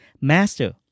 Master